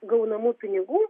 gaunamų pinigų